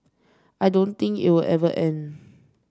I don't think it'll ever end